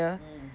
mm